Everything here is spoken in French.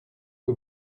que